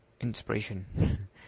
inspiration